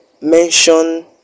mention